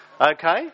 okay